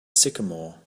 sycamore